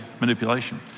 manipulation